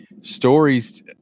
stories